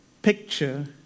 picture